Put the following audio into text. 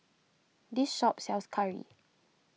this shop sells Curry